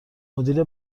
مدیر